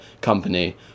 company